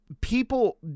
people